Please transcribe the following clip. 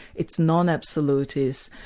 it's non-absolutist,